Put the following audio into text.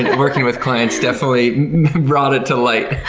working with clients definitely brought it to light.